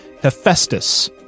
Hephaestus